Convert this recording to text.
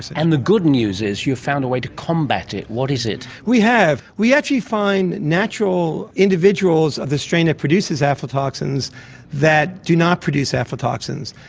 and the good news is you have found a way to combat it. what is it? we have. we actually find natural individuals of the strain that produces aflatoxins that do not produce aflatoxins.